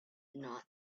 not